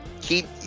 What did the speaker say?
Keep